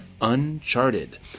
Uncharted